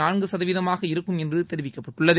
நான்கு சதவீதமாக இருக்கும் என்று தெரிவிக்கப்பட்டுள்ளது